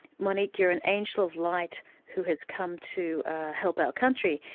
monique, you're an angel of light who has come to help our country.